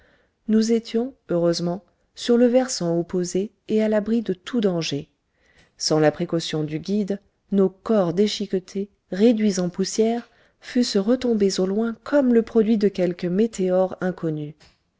nous étions heureusement sur le versant opposé et à l'abri de tout danger sans la précaution du guide nos corps déchiquetés réduits en poussière fussent retombés au loin comme le produit de quelque météore inconnu